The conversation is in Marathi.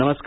नमस्कार